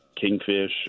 kingfish